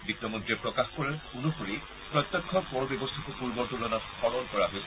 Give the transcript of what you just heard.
বিত্তমন্ত্ৰীয়ে প্ৰকাশ কৰা অনুসৰি প্ৰত্যক্ষ কৰ ব্যৱস্থাকো পূৰ্বৰ তূলনাত সৰল কৰা হৈছে